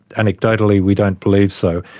anecdotally we don't believe so.